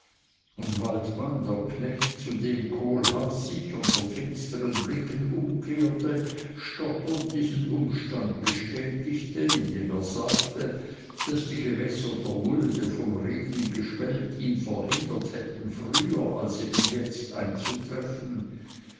und waldmann der knecht zu dem kohlhaas sich unter finsteren blicken umkehrte stotternd diesen umstand bestätigte indem er sagte daß die gewässer der mulde vom regen geschwellt ihn verhindert hätten früher als eben jetzt einzutreffen